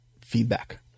feedback